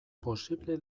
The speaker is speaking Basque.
posible